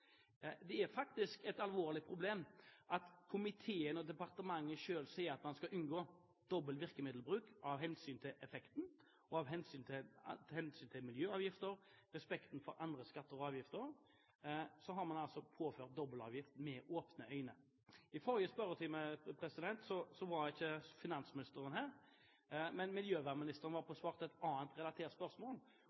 Det er faktisk et alvorlig problem at komiteen og departementet selv sier at man skal unngå dobbel virkemiddelbruk av hensyn til effekten, og av hensyn til miljøavgifter, respekten for andre skatter og avgifter – og så har man altså påført dobbeltavgift med åpne øyne. I forrige spørretime var ikke finansministeren her, men miljøvernministeren svarte på et annet relatert spørsmål.